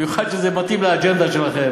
במיוחד כשזה מתאים לאג'נדה שלכם,